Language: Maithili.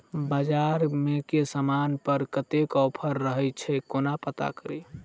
बजार मे केँ समान पर कत्ते ऑफर रहय छै केना पत्ता कड़ी?